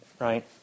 Right